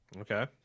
Okay